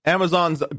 Amazon's